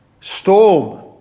storm